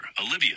Olivia